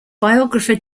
biographer